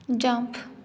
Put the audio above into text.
jump